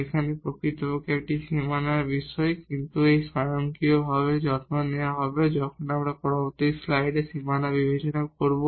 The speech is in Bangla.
এখানে প্রকৃতপক্ষে এটি বাউন্ডারি বিষয় কিন্তু এটি স্বয়ংক্রিয়ভাবে যত্ন নেওয়া হবে যখন আমরা পরবর্তী স্লাইডে বাউন্ডারি বিবেচনা করব